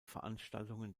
veranstaltungen